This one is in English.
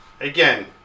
again